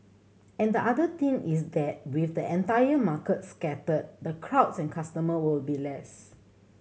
and the other thing is that with the entire market scattered the crowds and customers will be less